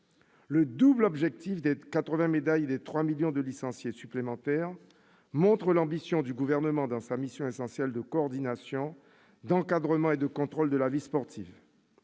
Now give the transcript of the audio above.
Le double objectif des 80 médailles et des 3 millions de licenciés supplémentaires montre l'ambition du Gouvernement dans sa mission essentielle de coordination, d'encadrement et de contrôle de la vie sportive.